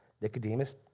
Nicodemus